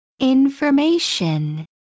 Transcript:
Information